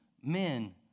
men